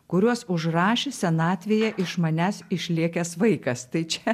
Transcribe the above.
kuriuos užrašė senatvėje iš manęs išlėkęs vaikas tai čia